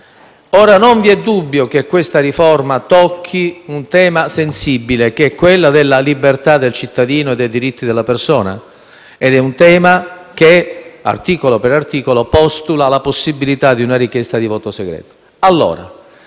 Ora, non vi è dubbio che questa riforma tocchi un tema sensibile, che è quello della libertà del cittadino e dei diritti della persona, ed è un tema che, articolo per articolo, postula la possibilità di una richiesta di voto segreto.